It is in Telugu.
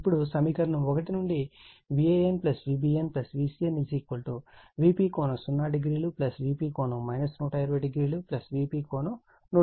ఇప్పుడు సమీకరణం 1 నుండి Van Vbn Vcn Vp∠0o Vp∠ 120o Vp∠120o అవుతుంది